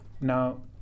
Now